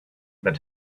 that